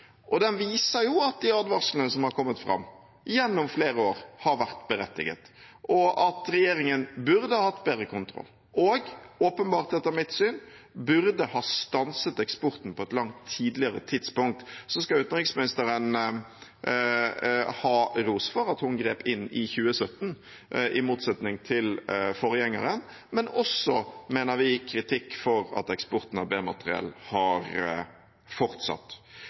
viser at de advarslene som har kommet fram gjennom flere år, har vært berettiget, at regjeringen burde hatt bedre kontroll og åpenbart, etter mitt syn, burde ha stanset eksporten på et langt tidligere tidspunkt. Utenriksministeren skal ha ros for at hun grep inn i 2017, i motsetning til forgjengeren, men også kritikk, mener vi, for at eksporten av B-materiell har fortsatt.